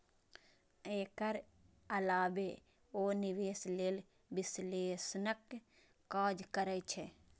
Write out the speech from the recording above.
एकर अलावे ओ निवेश लेल विश्लेषणक काज करै छै